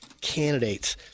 candidates